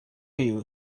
you